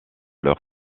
leur